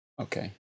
okay